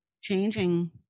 changing